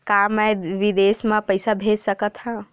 का मैं विदेश म पईसा भेज सकत हव?